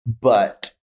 but-